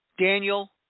Daniel